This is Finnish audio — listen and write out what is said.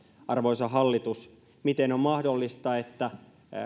arvoisa hallitus miten on mahdollista että